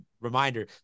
reminder